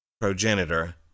progenitor